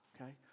Okay